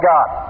God